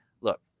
look